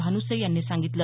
भानुसे यांनी सांगितलं